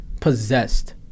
possessed